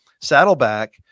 Saddleback